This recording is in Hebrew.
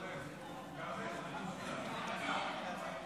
מורשע במעשה טרור לסביבת נפגע העבירה,